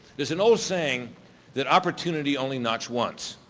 there's an old saying that opportunity only knocks once.